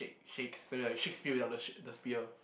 shakes spell it like Shakespeare without the sh~ the spear